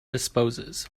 disposes